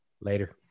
Later